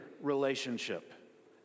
relationship